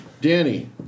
Danny